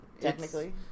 Technically